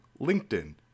LinkedIn